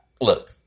look